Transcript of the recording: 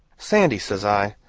sandy, says i,